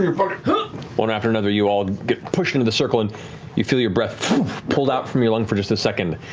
but one after another, you all get pushed into the circle and you feel your breath pulled out from your lungs for just a second.